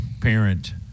parent